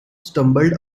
stumbled